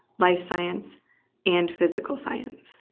life science and physical science.